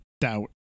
doubt